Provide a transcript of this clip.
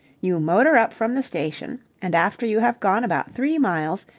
you motor up from the station, and after you have gone about three miles,